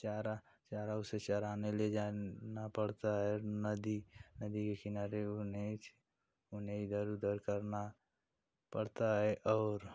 चारा चारा उसे चराने ले जा नना पड़ता है नदी नदी के किनारे उन्हें इछ उन्हें इधर उधर करना पड़ता है और